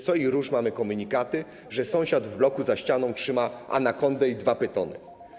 Co rusz mamy komunikaty, że sąsiad w bloku za ścianą trzyma anakondę i dwa pytony.